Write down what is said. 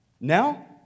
Now